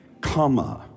comma